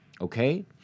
okay